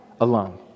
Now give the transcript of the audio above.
alone